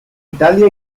italia